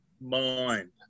mind